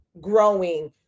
growing